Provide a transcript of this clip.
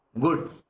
Good